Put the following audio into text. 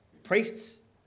Priests